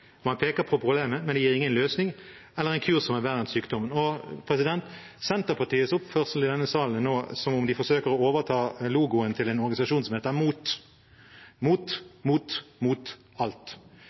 Man peker på problemet, men gir ingen løsning eller kur som er verre enn sykdommen. Senterpartiets oppførsel i denne salen er nå som om de forsøker å overta logoen til en organisasjon som heter MOT – mot,